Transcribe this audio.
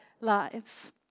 lives